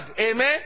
Amen